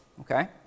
okay